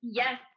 yes